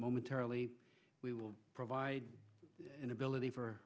momentarily we will provide an ability for